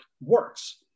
works